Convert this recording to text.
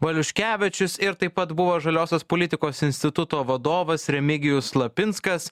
valiuškevičius ir taip pat buvo žaliosios politikos instituto vadovas remigijus lapinskas